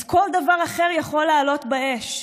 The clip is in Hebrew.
אז כל דבר אחר יכול לעלות באש.